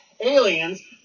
aliens